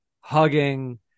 hugging